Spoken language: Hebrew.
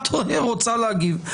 ואת כנראה רוצה להגיב,